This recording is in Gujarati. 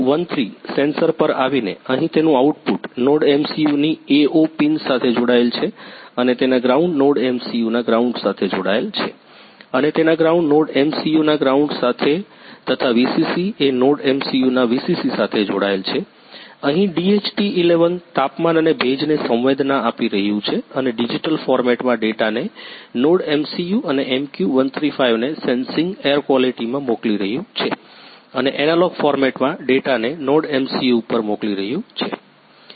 MQ13 સેન્સર પર આવીને અહીં તેનું આઉટપુટ NodeMCU ની A0 પિન સાથે જોડાયેલ છે અને તેનાં ગ્રાઉન્ડ NodeMCU નાં ગ્રાઉન્ડ સાથે જોડાયેલ છે અને તેનાં ગ્રાઉન્ડ NodeMCU નાં ગ્રાઉન્ડ સાથે જોડાયેલ છે તથા VCC એ NodeMCU ના VCC સાથે જોડાયેલ છે અહીં DHT11 તાપમાન અને ભેજને સંવેદના આપી રહ્યું છે અને ડિજિટલ ફોર્મેટમાં ડેટાને NodeMCU અને MQ135 ને સેન્સિંગ એર કવાલિટીમાં મોકલી રહ્યું છે અને એનાલોગ ફોર્મેટમાં ડેટાને NodeMCU પર મોકલી રહ્યું છે